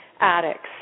Addicts